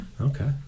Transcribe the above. Okay